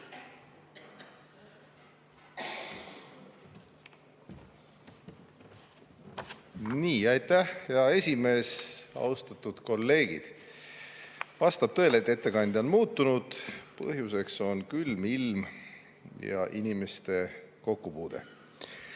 Aitäh, hea esimees! Austatud kolleegid! Vastab tõele, et ettekandja on muutunud. Põhjuseks on külm ilm ja inimeste kokkupuude.